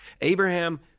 abraham